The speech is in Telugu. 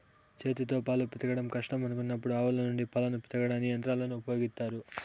చేతితో పాలు పితకడం కష్టం అనుకున్నప్పుడు ఆవుల నుండి పాలను పితకడానికి యంత్రాలను ఉపయోగిత్తారు